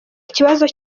ikibazo